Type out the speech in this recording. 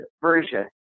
version